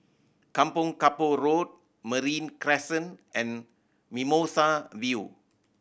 Kampong Kapor Road Marine Crescent and Mimosa View